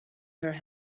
her